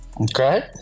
Okay